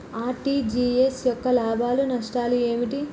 RTGS యొక్క లాభాలు నష్టాలు ఏమిటి?